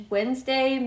Wednesday